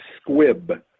Squib